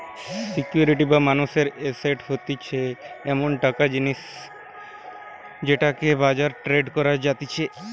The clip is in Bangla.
সিকিউরিটি বা মানুষের এসেট হতিছে এমন একটা জিনিস যেটাকে বাজারে ট্রেড করা যাতিছে